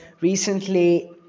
recently